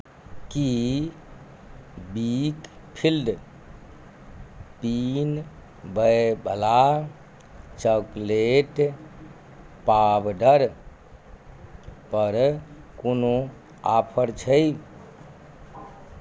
की बीकफील्ड पीबयवला चॉकलेट पाउडरपर कोनो ऑफर छै